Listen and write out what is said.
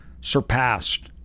surpassed